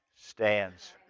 stands